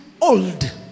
old